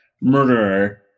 murderer